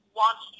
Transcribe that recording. want